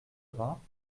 vingts